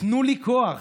תנו לי כוח,